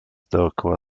dookoła